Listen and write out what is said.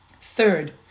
Third